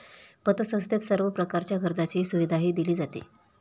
पतसंस्थेत सर्व प्रकारच्या कर्जाची सुविधाही दिली जाते